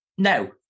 No